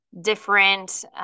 different